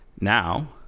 Now